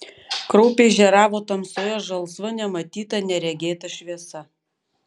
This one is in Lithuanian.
kraupiai žėravo tamsoje žalsva nematyta neregėta šviesa